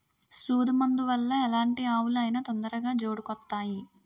సూదు మందు వల్ల ఎలాంటి ఆవులు అయినా తొందరగా జోడుకొత్తాయి